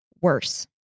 worse